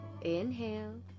inhale